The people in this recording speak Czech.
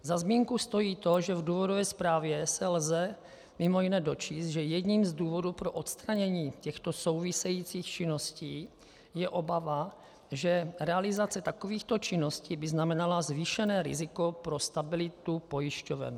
Za zmínku stojí to, že v důvodové zprávě se lze mimo jiné dočíst, že jedním z důvodů pro odstranění těchto souvisejících činností je obava, že realizace takovýchto činností by znamenala zvýšené riziko pro stabilitu pojišťoven.